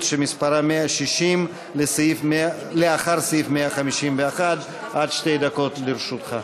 שמספרה 160 לאחרי סעיף 151. עד שתי דקות לרשותך.